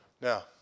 now